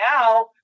now